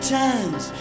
times